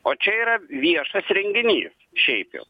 o čia yra viešas renginys šiaip jau